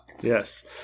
Yes